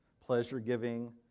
pleasure-giving